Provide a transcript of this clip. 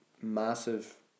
massive